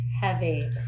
heavy